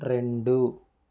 రెండు